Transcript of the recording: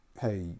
hey